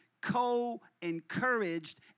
co-encouraged